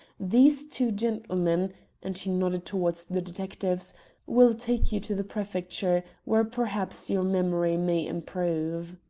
these two gentlemen and he nodded towards the detectives will take you to the prefecture, where perhaps your memory may improve.